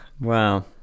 wow